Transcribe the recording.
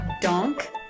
Donk